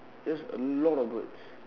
just a lot of birds